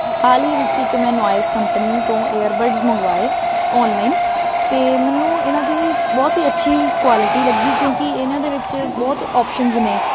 ਹਾਲ ਹੀ ਵਿੱਚ ਇੱਕ ਮੈਂ ਨੋਇਜ਼ ਕੰਪਨੀ ਤੋਂ ਏਅਰਬਰਡਸ ਮੰਗਵਾਏ ਓਨਲਾਈਨ ਅਤੇ ਮੈਨੂੰ ਇਹਨਾਂ ਦੀ ਬਹੁਤ ਹੀ ਅੱਛੀ ਕੁਆਲਿਟੀ ਲੱਗੀ ਕਿਉਂਕਿ ਇਹਨਾਂ ਦੇ ਵਿੱਚ ਬਹੁਤ ਓਪਸ਼ਨਸ ਨੇ